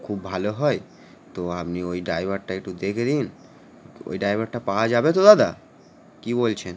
খুব ভালো হয় তো আপনি ওই ড্রাইভারটা একটু দেখে দিন ওই ড্রাইভারটা পাওয়া যাবে তো দাদা কী বলছেন